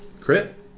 Crit